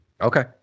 Okay